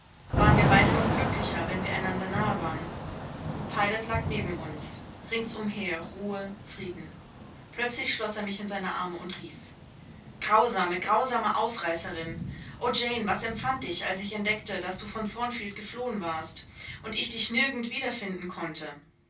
waren wir beide doch glücklicher wenn wir einander nahe waren pilot lag neben uns ringsumher ruhe frieden plötzlich schloß er mich in seine arme und rief grausame grausame ausreißerin o jane was empfand ich als ich entdeckte daß du von thornfield geflohen warst und ich dich nirgend wiederfinden konnte